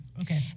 Okay